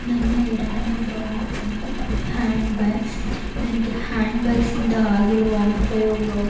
ನನ್ನ ಎರಡನೇ ಪ್ರಾಡಕ್ಟ್ ಬಂದು ಹ್ಯಾಂಡ್ ಬ್ಯಾಗ್ಸ್ ನನಗೆ ಹ್ಯಾಂಡ್ ಬ್ಯಾಗ್ಸ್ನಿಂದ ಆಗಿರುವ ಅನುಪಯೋಗಗಳು